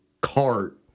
cart